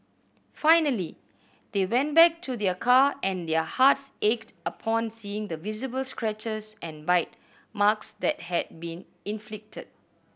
finally they went back to their car and their hearts ached upon seeing the visible scratches and bite marks that had been inflicted